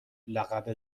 لقب